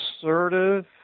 assertive